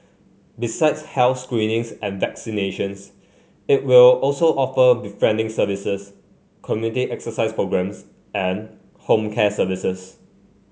besides health screenings and vaccinations it will also offer befriending services community exercise programmes and home care services